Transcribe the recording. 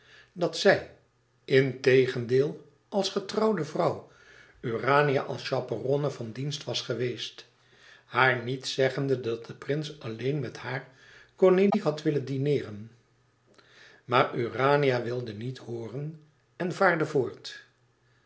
dat zij integendeel als getrouwde vrouw urania als chaperonne van dienst was geweest haar niet zeggende dat de prins alleen met haar urania had willen dineeren maar urania wilde niet hooren en vaarde voort